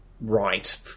right